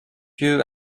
you